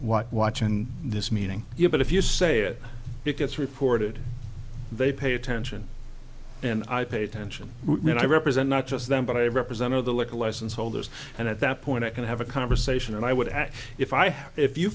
watching this meeting here but if you say it it gets reported they pay attention and i pay attention and i represent not just them but i represent are the liquor license holders and at that point i can have a conversation and i would if i had if you